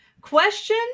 Question